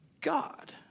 God